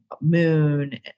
moon